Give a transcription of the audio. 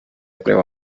yakorewe